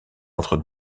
entre